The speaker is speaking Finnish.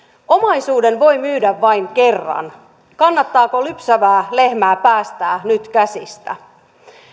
omaisuuden voi myydä vain kerran kannattaako lypsävää lehmää päästää nyt käsistä